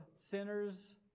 sinners